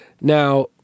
Now